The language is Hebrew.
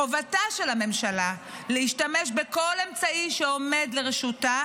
חובתה של הממשלה להשתמש בכל אמצעי שעומד לרשותה